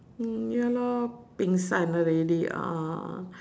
mm ya lor pengsan already a'ah a'ah